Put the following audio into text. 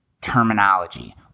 terminology